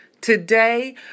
Today